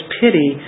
pity